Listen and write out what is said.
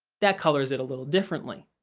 that colors it a little differently.